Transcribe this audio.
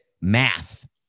math